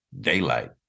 daylight